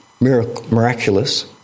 miraculous